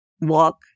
walk